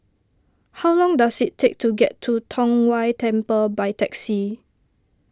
how long does it take to get to Tong Whye Temple by taxi